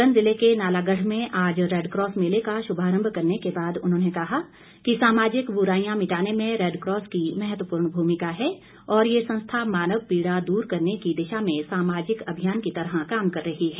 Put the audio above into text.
सोलन जिले के नालागढ़ में आज रैडकॉस मेले का शुभारंभ करने के बाद उन्होंने कहा कि सामाजिक बुराईयां मिटाने में रैडकॉस की महत्वपूर्ण भूमिका है और ये संस्था मानव पीड़ा दूर करने की दिशा में सामाजिक अभियान की तरह काम कर रही है